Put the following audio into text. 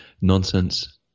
nonsense